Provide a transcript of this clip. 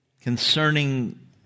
concerning